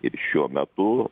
ir šiuo metu